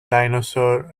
dinosaur